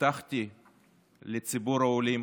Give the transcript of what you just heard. שהבטחתי לציבור העולים